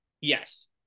Yes